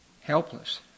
Helpless